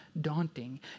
daunting